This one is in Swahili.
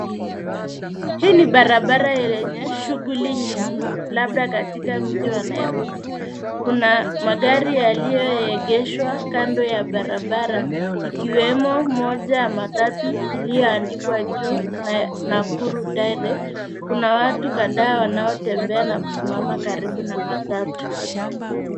Hii ni barabara yenye shughuli nyingi, labda katika mji wa Nairobi. Kuna magari yaliyoegeshwa kando ya barabara, ikiwemo moja ya matatu iliyoandikwa juu: Nakuru Direct. Kuna watu kadhaa wanaotembea na kusimama karibu na matatu.